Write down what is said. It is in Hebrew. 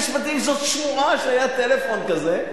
יש שמועה שהיה טלפון כזה,